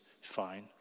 fine